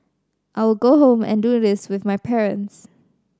I will go home and do this with my parents